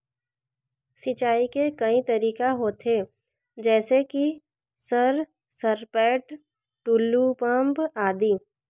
सिंचाई के कई तरीका होथे? जैसे कि सर सरपैट, टुलु पंप, आदि?